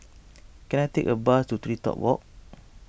can I take a bus to TreeTop Walk